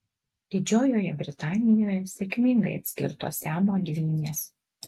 didžiojoje britanijoje sėkmingai atskirtos siamo dvynės